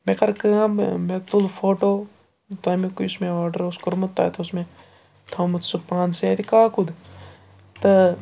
مےٚ کٔر کٲم مےٚ مےٚ تُل فوٹو تَمیُک یُس مےٚ آرڈَر اوس کوٚرمُت تَتہِ اوس مےٚ تھوٚمُت سُہ پانسٕے اَتہِ کاکُد تہٕ